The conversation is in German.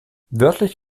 wörtlich